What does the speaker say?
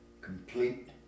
complete